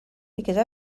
because